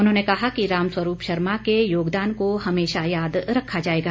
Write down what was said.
उन्होंने कहा कि रामस्वरूप शर्मा के योगदान को हमेशा याद किया जाएगा